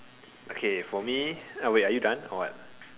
okay for me ah wait are you done or what